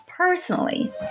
Personally